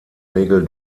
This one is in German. regel